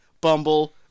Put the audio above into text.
Bumble